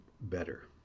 better